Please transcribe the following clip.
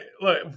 look